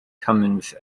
cummins